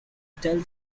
tell